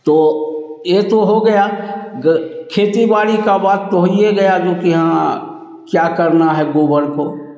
तो यह तो हो गया खेती बाड़ी का बात तो होइये गया जो कि क्या करना है गोबर को